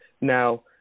Now